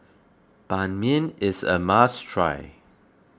Ban Mian is a must try